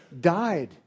died